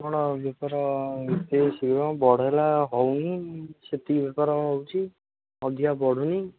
କ'ଣ ବେପାର ବଢ଼େଇଲା ହେଉନି ସେତିକି ବେପାର ହେଉଛି ଅଧିକା ବଢ଼ୁନି